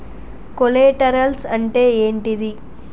Collaterals అంటే ఏంటిది?